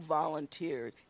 volunteered